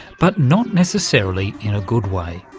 but not necessarily in a good way.